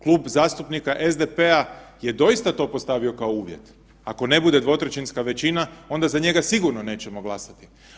Klub zastupnika SDP-a je doista to postavio kao uvjet, ako ne bude dvotrećinska većina onda za njega sigurno nećemo glasati.